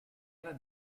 ever